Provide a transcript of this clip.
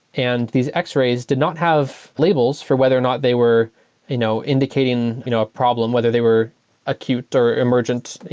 and these x-rays did not have labels for whether or not they were you know indicating you know a problem. whether they were acute or emergent,